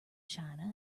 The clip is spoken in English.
china